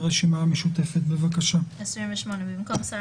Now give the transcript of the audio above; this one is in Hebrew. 27. בפסקה